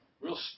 real